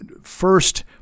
first